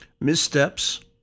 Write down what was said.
missteps